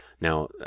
Now